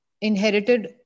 inherited